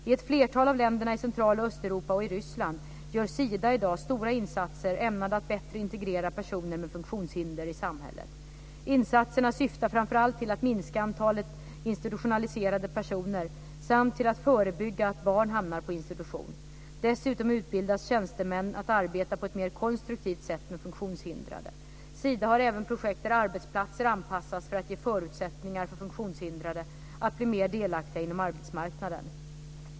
I ett flertal av länderna i Central och Östeuropa och i Ryssland gör Sida i dag stora insatser ämnade att bättre integrera personer med funktionshinder i samhället. Insatserna syftar framför allt till att minska antalet institutionaliserade personer, samt till att förebygga att barn hamnar på institution. Dessutom utbildas tjänstemän att arbeta på ett mer konstruktivt sätt med funktionshindrade. Sida har även projekt där arbetsplatser anpassas för att ge förutsättningar för funktionshindrade att bli mer delaktiga inom arbetsmarknaden.